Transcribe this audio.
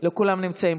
לא כולם נמצאים.